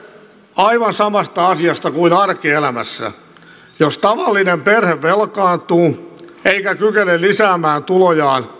aivan samasta asiasta kuin arkielämässä jos tavallinen perhe velkaantuu eikä kykene lisäämään tulojaan